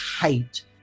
hate